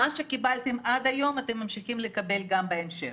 מה שקיבלתם עד היום אתם ממשיכים לקבל גם בהמשך.